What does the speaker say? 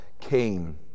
came